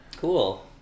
Cool